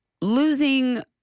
losing